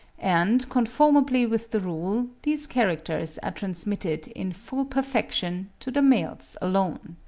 and conformably with the rule, these characters are transmitted in full perfection to the males alone.